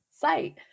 site